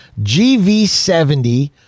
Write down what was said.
gv70